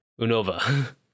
Unova